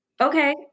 okay